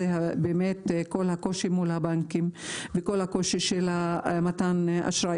הקושי מול הבנקים וקושי בקבלת אשראי.